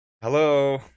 Hello